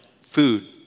food